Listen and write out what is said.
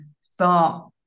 start